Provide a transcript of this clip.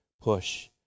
push